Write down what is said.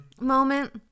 moment